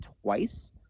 twice